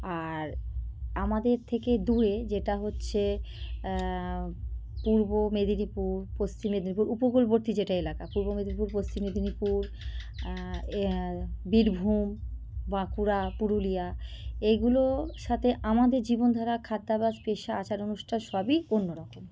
আর আমাদের থেকে দূরে যেটা হচ্ছে পূর্ব মেদিনীপুর পশ্চিম মেদিনীপুর উপকূলবর্তী যেটা এলাকা পূর্ব মেদিনীপুর পশ্চিম মেদিনীপুর এ বীরভূম বাঁকুড়া পুরুলিয়া এইগুলো সাথে আমাদের জীবনধারা খাদ্যাভ্যাস পেশা আচার অনুষ্ঠান সবই অন্য রকম